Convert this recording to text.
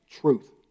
truth